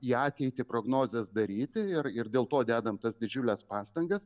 į ateitį prognozes daryti ir ir dėl to dedam tas didžiules pastangas